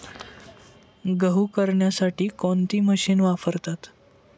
गहू करण्यासाठी कोणती मशीन वापरतात?